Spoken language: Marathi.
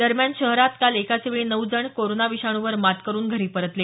दरम्यान शहरात काल एकाच वेळी नऊ रुग्ण कोरोना विषाणू वर मात करून घरी परतले